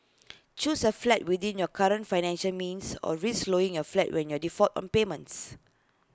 choose A flat within your current financial means or risk losing your flat when your default on payments